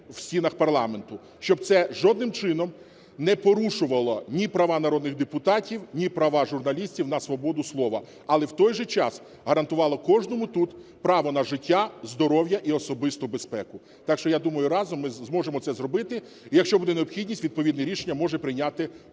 у стінах парламенту, щоб це жодним чином не порушувало ні права народних депутатів, ні права журналістів на свободу слова. Але в той же час гарантувало кожному тут право на життя, здоров'я і особисту безпеку. Так що, я думаю, разом ми зможемо це зробити. І якщо буде необхідність, відповідне рішення може прийняти